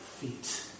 feet